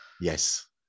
Yes